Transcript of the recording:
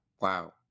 wow